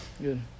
Good